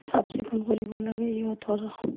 চাফ চিকুণ কৰিব লাগে সিহঁতৰ